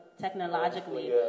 technologically